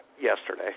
yesterday